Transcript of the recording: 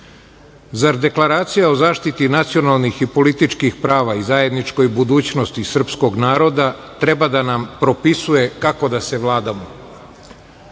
Deklaracija o zaštiti nacionalnih i političkih prava i zajedničkoj budućnosti srpskog naroda treba da nam propisuje kako da se vladamo?